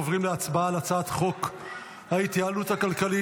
אנחנו עוברים להצבעה על הצעת חוק ההתייעלות הכלכלית